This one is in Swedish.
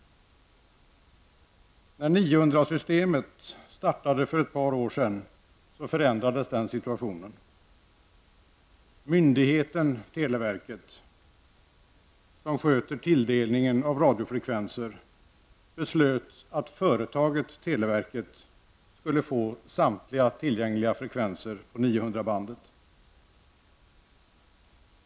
När 900-systemet startade för ett par år sedan förändrades situationen. Myndigheten televerket, som sköter tilldelningen av radiofrekvenser, beslöt att företaget televerket skulle få samtliga tillgängliga frekvenser på 900-bandet.